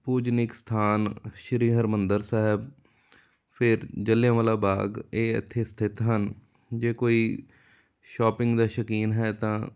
ਪੂਜਨੀਕ ਸਥਾਨ ਸ਼੍ਰੀ ਹਰਿਮੰਦਰ ਸਾਹਿਬ ਫਿਰ ਜਲ੍ਹਿਆਂਵਾਲਾ ਬਾਗ ਇਹ ਇੱਥੇ ਸਥਿਤ ਹਨ ਜੇ ਕੋਈ ਸ਼ੋਪਿੰਗ ਦਾ ਸ਼ੌਕੀਨ ਹੈ ਤਾਂ